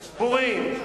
בורים,